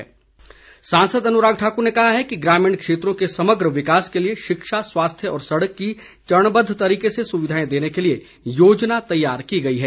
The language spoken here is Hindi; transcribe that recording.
अनुराग ठाकर सांसद अनुराग ठाकुर ने कहा है कि ग्रामीण क्षेत्रों के समग्र विकास के लिए शिक्षा स्वास्थ्य और सड़क की चरणबद्ध तरीके से सुविधाएं देने के लिए योजना तैयार की गई हैं